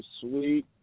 sweet